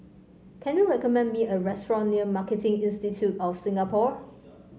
can you recommend me a restaurant near Marketing Institute of Singapore